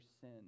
sin